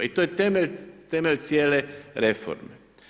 I to je temelj cijele reforme.